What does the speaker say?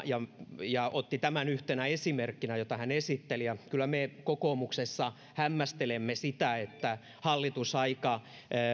ja ja otti tämän yhtenä esimerkkinä jota hän esitteli ja kyllä me kokoomuksessa hämmästelemme sitä että hallitus aika